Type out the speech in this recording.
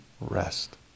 rest